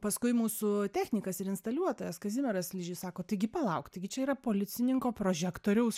paskui mūsų technikas ir instaliuotuojas kazimieras ližys sako taigi palauk taigi čia yra policininko prožektoriaus